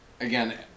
again